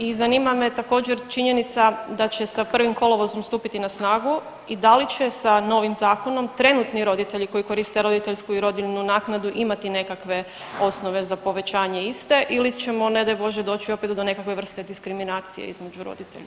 I zanima me također činjenica da će sa 1. kolovozom stupiti na snagu i da li će sa novim zakonom trenutni roditelji koji koriste roditeljsku i rodiljnu naknadu imati nekakve osnove za povećanje iste ili ćemo ne daj Bože doći opet do nekakve vrste diskriminacije između roditelja.